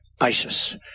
ISIS